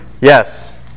Yes